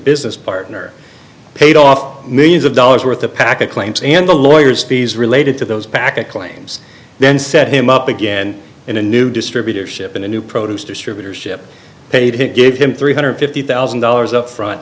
business partner paid off millions of dollars worth of packet claims and the lawyers fees related to those packet claims then set him up again in a new distributorship in a new produce distributorship paid it gave him three hundred fifty thousand dollars up front